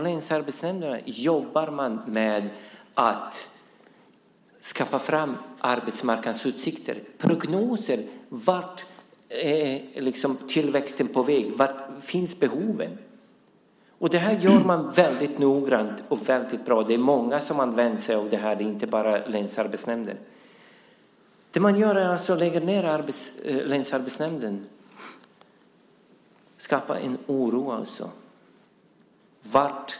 Länsarbetsnämnderna jobbar med att skaffa fram arbetsmarknadsutsikter, prognoser över vart tillväxten är på väg och var behoven finns. Detta görs väldigt noggrant och bra. Det är många som har använt sig av detta och inte bara länsarbetsnämnden själv. Det man gör är att man lägger ned länsarbetsnämnden och därmed skapar en oro.